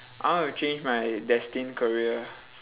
I wanna change my destined career